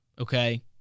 okay